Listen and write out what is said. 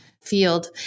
field